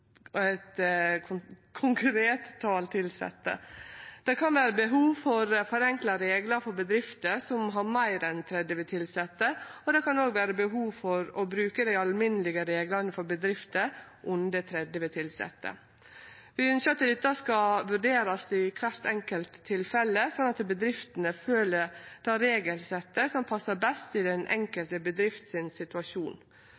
konkret tal på tilsette. Det kan vere behov for forenkla reglar for bedrifter som har meir enn 30 tilsette, og det kan òg vere behov for å bruke dei alminnelege reglane for bedrifter under 30 tilsette. Vi ønskjer at dette skal vurderast i kvart enkelt tilfelle, slik at bedriftene følgjer det regelsettet som passar best for situasjonen i den